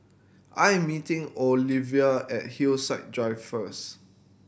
I am meeting Olevia at Hillside Drive first